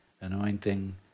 anointing